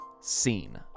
scene